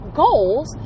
goals